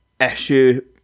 issue